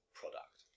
product